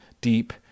deep